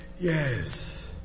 Yes